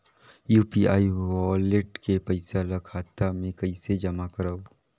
UPI wallet के पईसा ल खाता मे कइसे जमा करव?